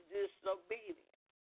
disobedience